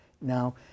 Now